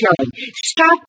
Stop